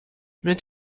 mit